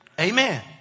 amen